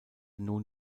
nun